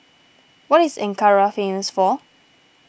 what is Ankara famous for